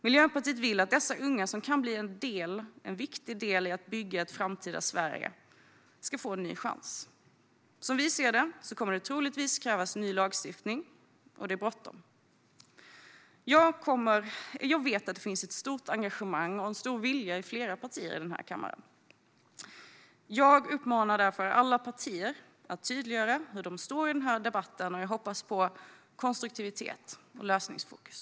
Miljöpartiet vill att dessa unga, som kan bli en viktig del i att bygga ett framtida Sverige, ska få en ny chans. Som vi ser det kommer det troligtvis att krävas ny lagstiftning, och det är bråttom. Jag vet att det finns ett stort engagemang och en stor vilja i flera partier i denna kammare. Jag uppmanar därför alla partier att tydliggöra hur de står i denna debatt, och jag hoppas på konstruktivitet och lösningsfokus.